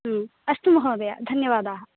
हम् अस्तु महोदय धन्यवादाः